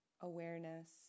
Awareness